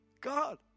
God